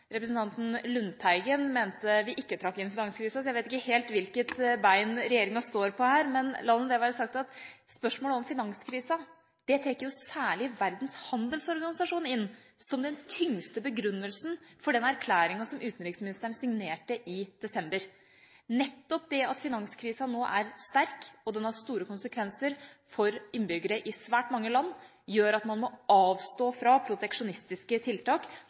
Representanten Lundteigen mente at vi ikke trakk inn finanskrisa. Så jeg vet ikke helt hvilket bein regjeringa står på her. Men la nå det være sagt at spørsmålet om finanskrisa trekker særlig Verdens handelsorganisasjon inn som den tyngste begrunnelsen for den erklæringa som utenriksministeren signerte i desember i fjor. Nettopp det at finanskrisa nå er sterk og har store konsekvenser for innbyggere i svært mange land, gjør at man må avstå fra proteksjonistiske tiltak